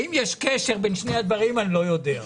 האם יש קשר בין שני הדברים, אני לא יודע.